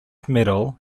medal